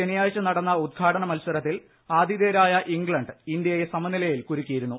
ശനിയാഴ്ച നട്ണ് ഉദ്ഘാടന മത്സരത്തിൽ ആതിഥേയരായ ഇംഗ്ലണ്ട് ഇന്ത്യയെ സമനിലയിൽ കുരുക്കിയിരുന്നു